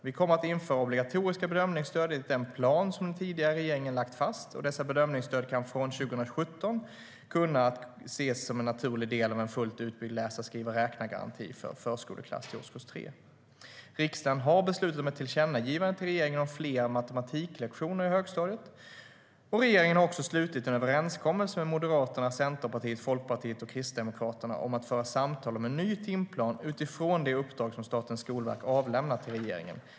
Vi kommer att införa obligatoriska bedömningsstöd enligt den plan som den tidigare regeringen lagt fast, och dessa bedömningsstöd kan från 2017 ses som en naturlig del av en fullt utbyggd läsa-skriva-räkna-garanti för förskoleklass till årskurs 3. Riksdagen har beslutat om ett tillkännagivande till regeringen om fler matematiklektioner i högstadiet. Regeringen har också slutit en överenskommelse med Moderaterna, Centerpartiet, Folkpartiet och Kristdemokraterna om att föra samtal om en ny timplan utifrån det uppdrag som Statens skolverk avlämnat till regeringen.